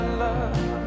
love